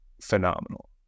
phenomenal